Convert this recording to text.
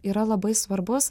yra labai svarbus